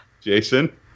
Jason